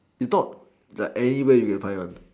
it's not like anywhere you can find one